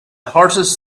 horses